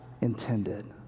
intended